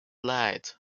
light